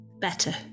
better